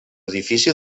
difícil